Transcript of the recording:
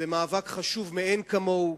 זה מאבק חשוב מאין כמוהו,